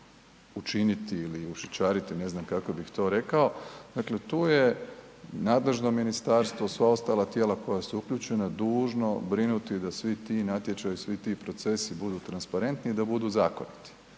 učiniti ili ušićariti, ne znam kako bih to rekao, dakle tu je nadležno ministarstvo, sva ostala tijela koja su uključena dužno brinuti da svi ti natječaji, svi ti procesi budu transparentni i da budu zakoniti,